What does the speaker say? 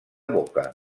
boca